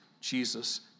Jesus